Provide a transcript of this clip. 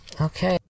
Okay